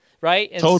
right